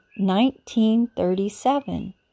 1937